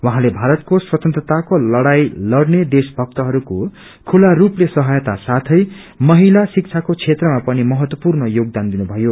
उहाँले भारतको स्वतंत्रताको लड़ाई लड़ने देशभक्तहरूको खुल्ला रूपले सहायता साथै महिला शिक्षको क्षेत्रमा पनि महतवपूर्ण योगदान दिनुभयो